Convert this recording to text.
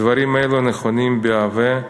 דברים אלו נכונים בהווה,